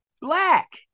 black